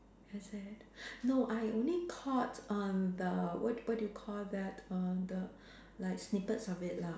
is it no I only caught um the what what do you called that err the like snippets of it lah